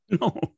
No